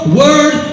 word